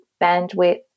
bandwidth